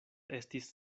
estis